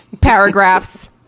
paragraphs